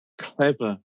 clever